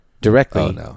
directly